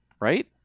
right